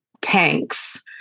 tanks